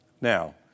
now